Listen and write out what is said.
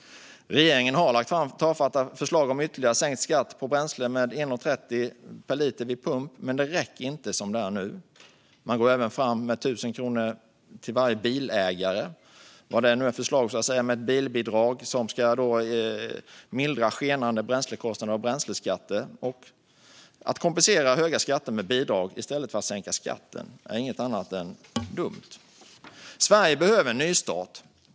Regeringen har lagt fram tafatta förslag om ytterligare sänkt skatt på bränsle med 1,30 per liter vid pump, men det räcker inte som det är nu. Man går även fram med 1 000 kronor till varje bilägare. Vad är nu det för förslag - ett bilbidrag som ska mildra skenande bränslekostnader och bränsleskatter! Att kompensera höga skatter med bidrag i stället för att sänka skatten är inget annat än dumt. Sverige behöver en nystart.